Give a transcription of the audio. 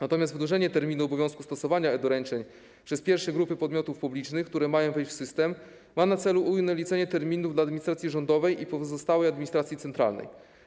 Natomiast wydłużenie terminu obowiązku stosowania e-doręczeń przez pierwsze grupy podmiotów publicznych, które mają wejść w system, ma na celu ujednolicenie terminów dla administracji rządowej i pozostałej administracji centralnej.